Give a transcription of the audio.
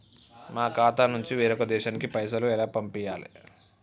మా ఖాతా నుంచి వేరొక దేశానికి పైసలు ఎలా పంపియ్యాలి?